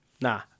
nah